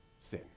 sin